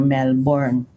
Melbourne